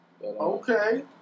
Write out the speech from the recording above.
Okay